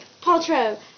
Paltrow